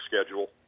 schedule